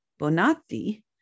Bonatti